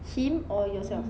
him or yourself